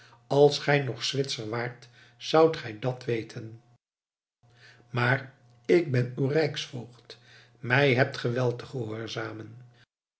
als gij nog zwitser waart zoudt gij dat weten maar ik ben uw rijksvoogd mij hebt ge wel te gehoorzamen